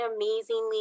amazingly